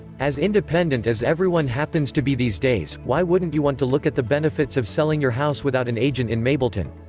as independent as everyone happens to be these days, why wouldn't you want to look at the benefits of selling your house without an agent in mableton?